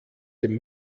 dem